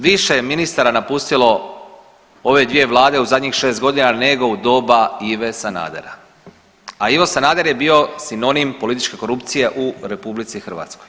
Više je ministara napustilo ove dvije vlade u zadnjih šest godina nego u doba Ive Sanadera, a Ivo Sanader je bio sinonim političke korupcije u RH.